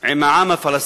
עם ה"חמאס"?